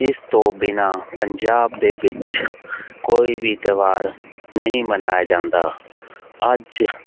ਇਸ ਤੋਂ ਬਿਨਾ ਪੰਜਾਬ ਦੇ ਵਿੱਚ ਕੋਈ ਵੀ ਤਿਉਹਾਰ ਨਹੀਂ ਮਨਾਇਆ ਜਾਂਦਾ ਅੱਜ